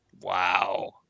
Wow